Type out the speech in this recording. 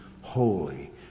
holy